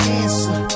answer